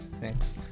Thanks